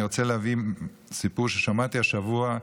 אני רוצה להביא סיפור ששמעתי השבוע,